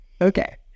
Okay